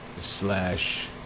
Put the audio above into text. slash